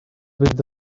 with